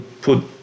put